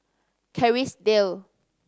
Kerrisdale